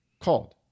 called